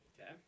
Okay